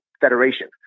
federation